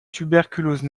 tuberculose